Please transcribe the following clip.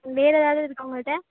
வேறே எதாவது இருக்கா உங்கள்கிட்ட